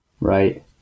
Right